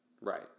Right